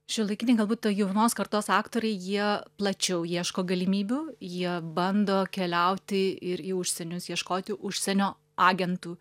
šiuolaikiniai galbūt jaunos kartos aktoriai jie plačiau ieško galimybių jie bando keliauti ir į užsienius ieškoti užsienio agentų